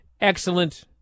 Excellent